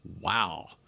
wow